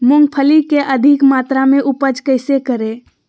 मूंगफली के अधिक मात्रा मे उपज कैसे करें?